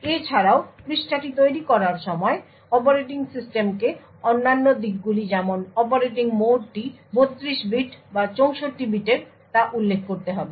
এছাড়াও পৃষ্ঠাটি তৈরি করার সময় অপারেটিং সিস্টেমকে অন্যান্য দিকগুলি যেমন অপারেটিং মোডটি 32 বিট বা 64 বিটের তা উল্লেখ করতে হবে